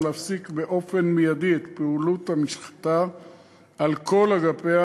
להפסיק באופן מיידי את פעילות המשחטה על כל אגפיה,